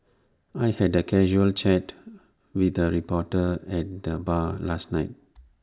I had A casual chat with A reporter at the bar last night